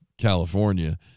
california